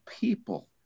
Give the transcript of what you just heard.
people